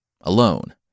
alone